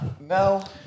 no